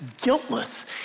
guiltless